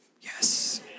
yes